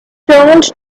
turned